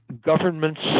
governments